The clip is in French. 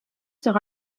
sur